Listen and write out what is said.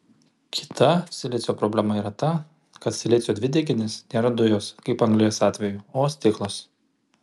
kita silicio problema yra ta kad silicio dvideginis nėra dujos kaip anglies atveju o stiklas